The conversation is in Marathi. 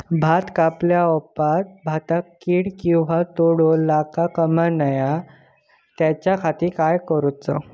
भात कापल्या ऑप्रात भाताक कीड किंवा तोको लगता काम नाय त्याच्या खाती काय करुचा?